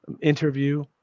interview